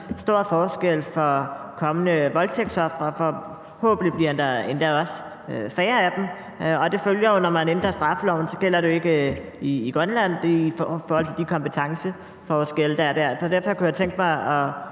stor forskel for kommende voldtægtsofre, og forhåbentlig bliver der også færre af dem. Når man ændrer straffeloven, gælder det jo ikke i Grønland på grund af de kompetenceforskelle, der er der. Derfor kunne jeg tænke mig at